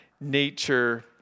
nature